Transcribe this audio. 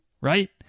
right